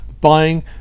buying